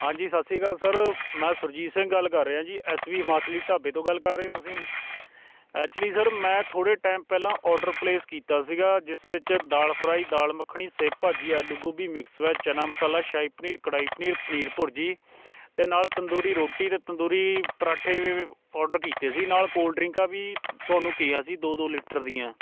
ਹਾਂਜੀ ਸਤਿ ਸ਼੍ਰੀ ਅਕਾਲ ਸਰ ਮੈਂ ਸੁਰਜੀਤ ਸਿੰਘ ਗੱਲ ਕਰ ਰਿਹਾ ਜੀ ਐੱਸ ਬੀ ਹਿਮਾਚਲੀ ਢਾਬੇ ਤੋਂ ਗੱਲ ਕਰ ਰਹੇ ਹੋ ਤੁਸੀਂ ਐਕਚੁਲੀ ਸਰ ਮੈਂ ਥੋੜ੍ਹੇ ਟਾਈਮ ਪਹਿਲਾਂ ਔਡਰ ਪਲੇਸ ਕੀਤਾ ਸੀਗਾ ਜਿਸ ਵਿੱਚ ਦਾਲ ਫਰਾਈ ਦਾਲ ਮੱਖਣੀ ਸੇ ਭਾਜੀ ਆਲੂ ਗੋਭੀ ਮਿਕਸ ਵੈੱਜ ਚਨਾ ਮਸਾਲਾ ਸ਼ਾਹੀ ਪਨੀਰ ਕੜਾਈ ਪਨੀਰ ਪਨੀਰ ਭੁਰਜੀ ਅਤੇ ਨਾਲ ਤੰਦੂਰੀ ਰੋਟੀ ਅਤੇ ਤੰਦੂਰੀ ਪਰਾਂਠੇ ਔਡਰ ਕੀਤੇ ਸੀ ਨਾਲ ਕੋਲਡ ਡਰਿੰਕਾਂ ਵੀ ਤੁਹਾਨੂੰ ਕਿਹਾ ਸੀ ਦੋ ਦੋ ਲੀਟਰ ਦੀਆਂ